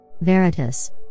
Veritas